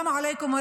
תודה רבה.